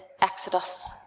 exodus